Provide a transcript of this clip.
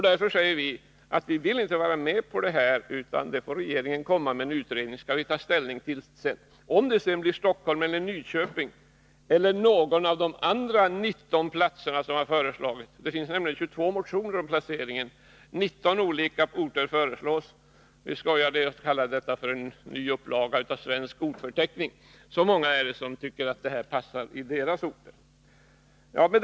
Därför vill vi inte vara med om ett sådant beslut, utan vi anser att regeringen måste göra en utredning, som vi sedan kan ta ställning till. Sedan får vi se om det blir Stockholm eller Nyköping eller någon av de andra platser som föreslagits — det finns 22 motioner om placeringen och 19 orter föreslås. Vi skojade i utskottet och kallade detta en ny upplaga av Svensk ortförteckning. Så många är det alltså som tycker att verket passar på deras orter.